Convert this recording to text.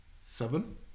seven